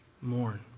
mourn